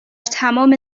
تمام